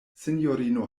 sinjorino